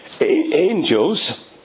angels